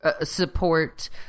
support